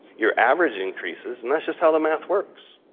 your average increases and that's just how the math works.